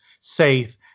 safe